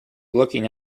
looking